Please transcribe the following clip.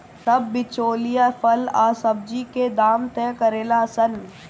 सब बिचौलिया फल आ सब्जी के दाम तय करेले सन